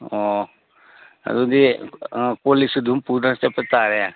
ꯑꯣ ꯑꯗꯨꯗꯤ ꯀꯣꯜꯂꯤꯛꯁꯨ ꯑꯗꯨꯝ ꯄꯨꯗꯅ ꯆꯠꯄ ꯇꯥꯔꯦ